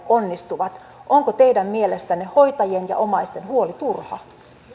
onnistuvat onko teidän mielestänne hoitajien ja omaisten huoli turha